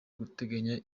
guteganya